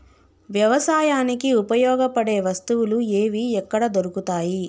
వ్యవసాయానికి ఉపయోగపడే వస్తువులు ఏవి ఎక్కడ దొరుకుతాయి?